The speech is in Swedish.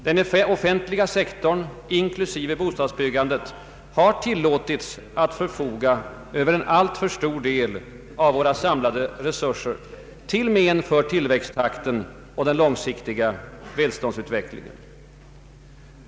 Den offentliga sektorn inklusive bostadsbyggandet har tillåtits förfoga över en alltför stor del av våra samlade resurser, till men för tillväxttakten och den långsiktiga välståndsutvecklingen.